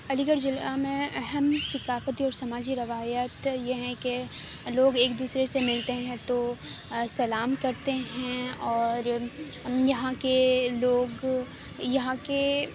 علی گڑھ ضلع میں اہم ثقافتی اور سماجی روایت یہ ہیں کہ لوگ ایک دوسرے سے ملتے ہیں تو سلام کرتے ہیں اور یہاں کے لوگ یہاں کے